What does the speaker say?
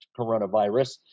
coronavirus